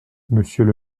monsieur